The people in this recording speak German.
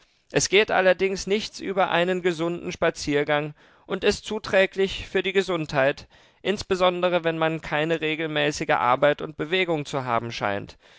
es geht allerdings nichts über einen gesunden spaziergang und ist zuträglich für die gesundheit insbesondere wenn man keine regelmäßige arbeit und bewegung zu haben scheint